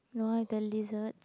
no ah the lizards